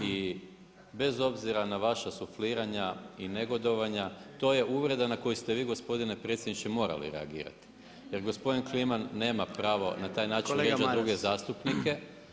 I bez obzira na vaša sufliranja i negodovanja to je uvreda na koju ste vi gospodine predsjedniče morali reagirati jer gospodin Kliman nema pravo na taj način vrijeđati druge zastupnike.